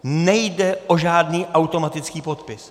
Nejde o žádný automatický podpis.